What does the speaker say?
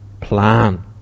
plan